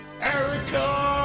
Erica